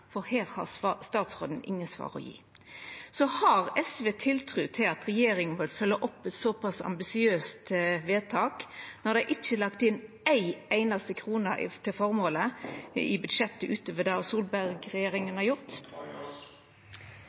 har statsråden ingen svar å gje. Så har SV tiltru til at regjeringa vil følgja opp eit såpass ambisiøst vedtak, når ein ikkje har lagt inn ei einaste krone til føremålet i budsjettet utover det Solberg-regjeringa har gjort?